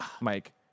Mike